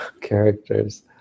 characters